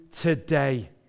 today